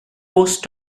post